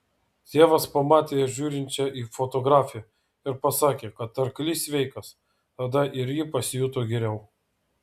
tėvas pamatė ją žiūrinčią į fotografiją ir pasakė kad arklys sveikas tada ir ji pasijuto geriau